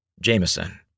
Jameson